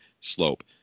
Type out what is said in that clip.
slope